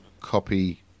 copy